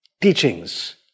teachings